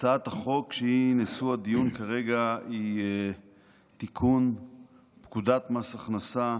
הצעת החוק שהיא נושא הדיון כרגע היא תיקון פקודת מס הכנסה